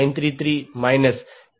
933 minus j 4